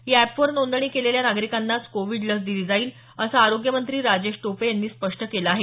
या एपवर नोंदणी केलेल्या नागरिकांनाच कोविड लस दिली जाईल असं आरोग्य मंत्री राजेश टोपे यांनी स्पष्ट केलं आहे